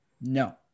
No